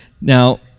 Now